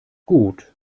gut